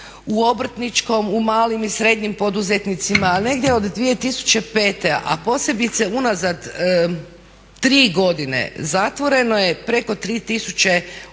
u obrtničkom, u malim i srednjim poduzetnicima, a negdje od 2005., a posebice unazad tri godine zatvoreno je preko 3 tisuće